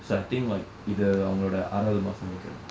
so I think like either அவங்களுடைய ஆறது மாதம்:avankuladaya aarathu maatham